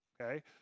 okay